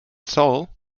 soil